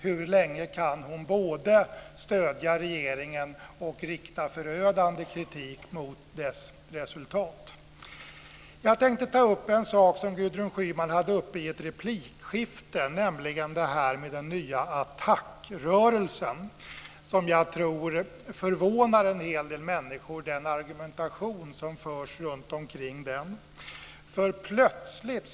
Hur länge kan hon både stödja regeringen och rikta förödande kritik mot dess resultat? Jag tänkte ta upp en sak som Gudrun Schyman tog upp i ett replikskifte, nämligen ATTAC-rörelsen. Jag tror att den argumentation som förs runtomkring den förvånar en hel del människor.